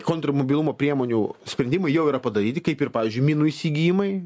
kontrmobilumo priemonių sprendimai jau yra padaryti kaip ir pavyzdžiui minų įsigijimai